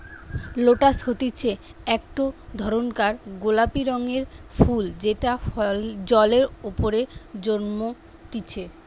lotus হতিছে একটো ধরণকার গোলাপি রঙের ফুল যেটা জলের ওপরে জন্মতিচ্ছে